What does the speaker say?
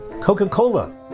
Coca-Cola